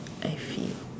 I see